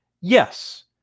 yes